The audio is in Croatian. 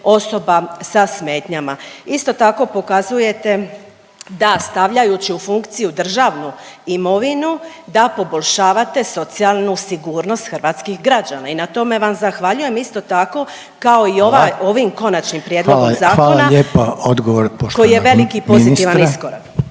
osoba sa smetnjama. Isto tako pokazujete da stavljajući u funkciju državnu imovinu da poboljšavate socijalnu sigurnost hrvatskih građana i na tome vam zahvaljujem. Isto tako kao i ovim konačnim prijedlogom zakona … …/Upadica Reiner: